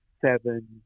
seven